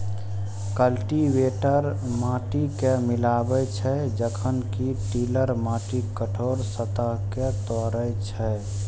cultivator माटि कें मिलाबै छै, जखन कि टिलर माटिक कठोर सतह कें तोड़ै छै